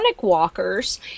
walkers